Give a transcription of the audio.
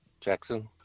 Jackson